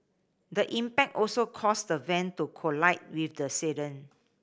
the impact also caused the van to collide with the sedan